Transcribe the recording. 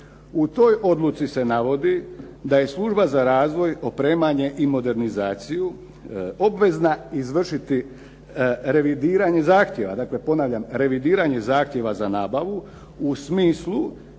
U toj odluci se navodi da je služba za razvoj, opremanje i modernizaciju obvezna izvršiti revidiranje zahtjeva. Dakle ponavljam revidiranje zahtjeva za nabavu u smislu